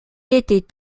était